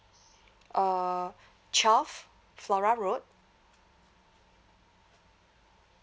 uh twelve flora road